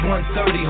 130